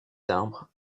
arbres